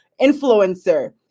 influencer